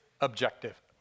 objective